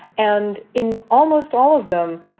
and in almost all of them,